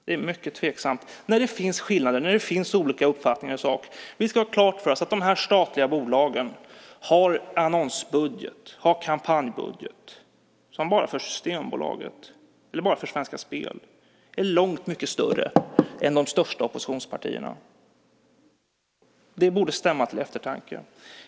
Det är mycket tveksamt. Det finns ju skillnader, olika uppfattningar i sak. Vi ska ha klart för oss att de här statliga bolagen har en annons och kampanjbudget som bara för Systembolaget eller bara för Svenska Spel är långt mycket större än de största oppositionspartiernas. Det borde stämma till eftertanke.